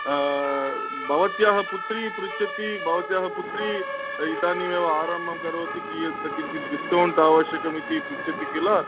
भवत्याः पुत्री पृच्छति भवत्याः पुत्री इदानीमेव आरम्भं करोति कियत् किञ्चित् डिस्कौण्ट् अवश्यकमिति पृच्छति किल